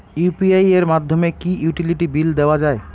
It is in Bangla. ইউ.পি.আই এর মাধ্যমে কি ইউটিলিটি বিল দেওয়া যায়?